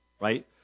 Right